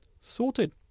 Sorted